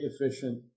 efficient